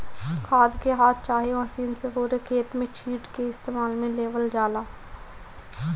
खाद के हाथ चाहे मशीन से पूरे खेत में छींट के इस्तेमाल में लेवल जाला